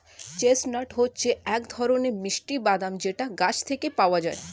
chestnut হচ্ছে এক ধরনের মিষ্টি বাদাম যেটা গাছ থেকে পাওয়া যায়